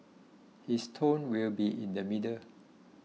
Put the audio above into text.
his tone will be in the middle